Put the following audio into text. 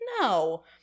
No